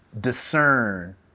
discern